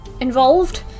involved